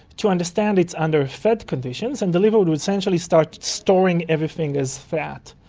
to understand it is under fed conditions, and the liver would would essentially start storing everything as fat,